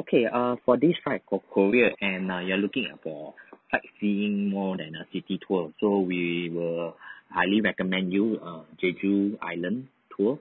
okay uh for this right for korea and uh you're looking at for sightseeing more than uh city tour so we will highly recommend you err jeju island tour